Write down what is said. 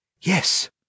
Yes